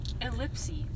Ellipses